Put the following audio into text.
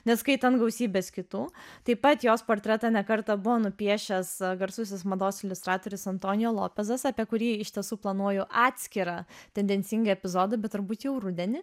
neskaitant gausybės kitų taip pat jos portretą ne kartą buvo nupiešęs garsusis mados iliustratorius antonio lopesas apie kurį iš tiesų planuoju atskirą tendencingai epizodą bet turbūt jau rudenį